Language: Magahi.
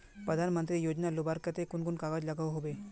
प्रधानमंत्री योजना लुबार केते कुन कुन कागज लागोहो होबे?